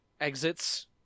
exits